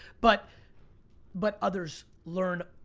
but but others learn,